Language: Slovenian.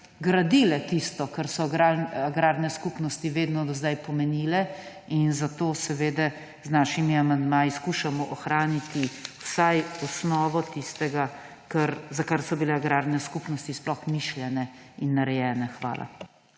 razgradile tisto, kar so agrarne skupnosti vedno do zdaj pomenile, zato z našimi amandmaji skušamo ohraniti vsaj osnovo tistega, za kar so bile agrarne skupnosti sploh mišljene in narejene. Hvala.